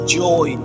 joy